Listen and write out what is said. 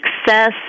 success